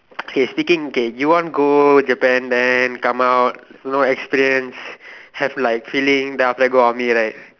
K speaking K you want go Japan then come out no experience have like feeling then after that go army right